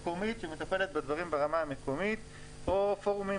שמטפלת בדברים ברמה המקומית; או פורומים,